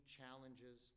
challenges